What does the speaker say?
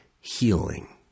healing